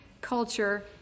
culture